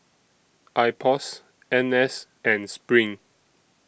Ipos N S and SPRING